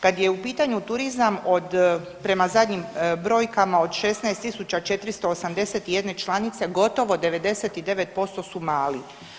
Kad je u pitanju turizam od, prema zadnjim brojkama od 16.481 članice, gotovo 99% su mali.